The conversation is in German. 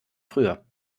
früher